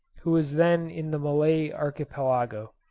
who was then in the malay archipelago,